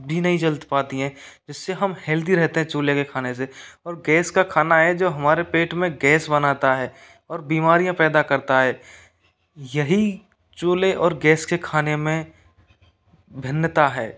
भी नहीं जल पाती हैं जिससे हम हेल्दी रहते हैं चूल्हे के खाने से और गैस का खाना है जो हमारे पेट में गैस बनाता है और बीमारियाँ पैदा करता है यही चूल्हे और गैस के खाने में भिन्नता है